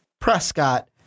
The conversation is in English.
Prescott